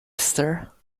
sir